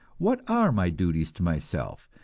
what are my duties to myself,